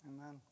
Amen